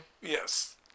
Yes